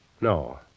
No